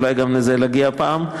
אולי גם לזה נגיע פעם.